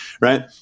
right